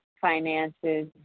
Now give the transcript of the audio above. finances